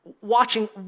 watching